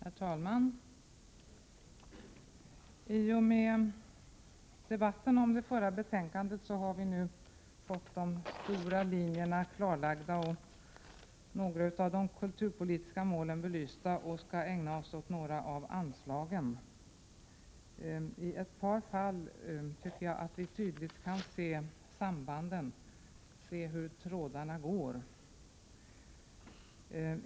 Herr talman! I och med debatten om kulturutskottets betänkande nr 12 har vi fått de stora linjerna klarlagda och några av de kulturpolitiska målen belysta och skall nu ägna oss åt några av anslagen. I ett par fall tycker jag att vi tydligt kan se sambanden, hur trådarna går.